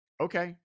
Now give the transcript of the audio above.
Okay